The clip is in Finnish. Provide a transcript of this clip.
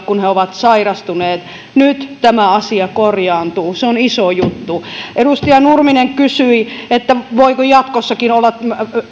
kun he ovat sairastuneet nyt tämä asia korjaantuu se on iso juttu edustaja nurminen kysyi voiko jatkossakin olla